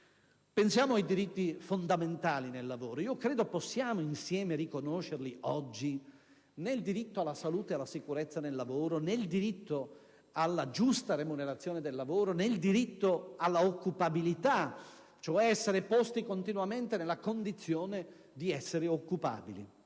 Pensiamo ai diritti fondamentali nel lavoro. Credo che possiamo, insieme, riconoscerli oggi nel diritto alla salute e alla sicurezza nel lavoro, nel diritto alla giusta remunerazione del lavoro, nel diritto alla occupabilità, cioè ad essere posti continuamente nella condizione di essere occupabili.